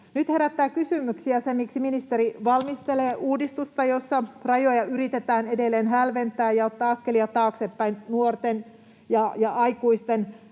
Nyt herättää kysymyksiä, miksi ministeri valmistelee uudistusta, jossa rajoja yritetään edelleen hälventää ja ottaa askelia taaksepäin nuorten ja aikuisten